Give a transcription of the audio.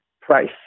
price